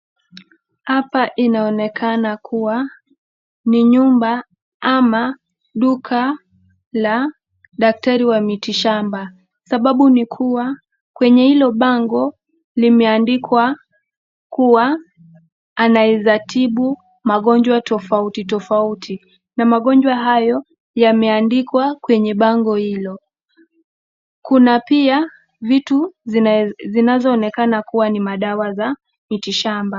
Hapa inaonekana kuwa ni nyumba ama duka la daktari wa miti shamba sababu ni kuwa kwenye hilo bango limeandikwa kuwa anaweza tibu magonjwa tofauti tofauti na magonjwa hayo yameandikwa kwenye bango hilo. Kuna pia vitu zinazo onekana kuwa ni madawa za miti shamba.